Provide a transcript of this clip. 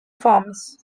forms